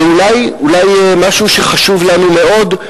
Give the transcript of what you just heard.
ואולי משהו שחשוב לנו מאוד: